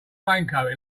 raincoat